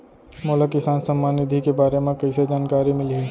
मोला किसान सम्मान निधि के बारे म कइसे जानकारी मिलही?